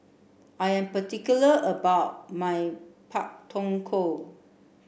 I am particular about my Pak Thong Ko